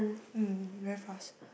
um very fast